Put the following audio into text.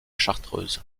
chartreuse